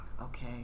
Okay